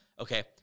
Okay